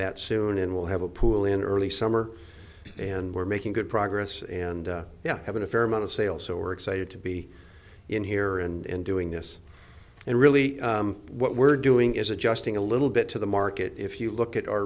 that soon and we'll have a pool in early summer and we're making good progress and yeah having a fair amount of sales so we're excited to be in here and doing this and really what we're doing is adjusting a little bit to the market if you look at our